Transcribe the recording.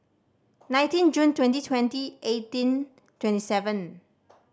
nineteen June twenty twenty eighteen twenty seven